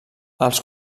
els